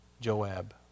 Joab